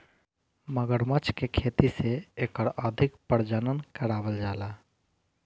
मगरमच्छ के खेती से एकर अधिक प्रजनन करावल जाला